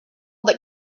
that